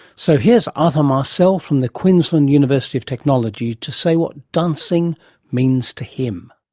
so here's arthur marcel from the queensland university of technology, to say what dancing means to him